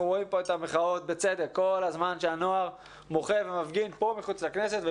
אנחנו רואים כאן את המחאות בצדק כשהנוער מוחה ומפגין כאן מחוץ לכנסת.